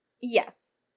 Yes